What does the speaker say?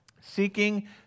seeking